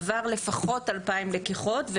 עבר לפחות כ-2,000 לקיחות,